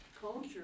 culture